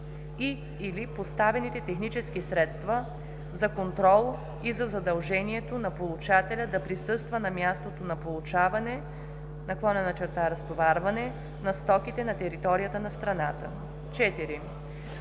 и/или поставените технически средства за контрол и за задължението на получателя да присъства на мястото на получаване/разтоварване на стоките на територията на страната; 4.